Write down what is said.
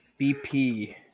bp